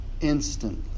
Instantly